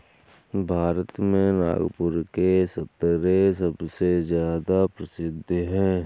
भारत में नागपुर के संतरे सबसे ज्यादा प्रसिद्ध हैं